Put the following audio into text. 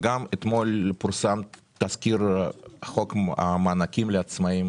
וגם אתמול פורסם תזכיר חוק המענקים לעצמאים